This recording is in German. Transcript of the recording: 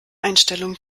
einstellung